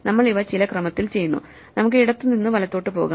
നമ്മൾ ഇവ ചില ക്രമത്തിൽ ചെയ്യുന്നു നമുക്ക് ഇടത്തുനിന്ന് വലത്തോട്ട് പോകാം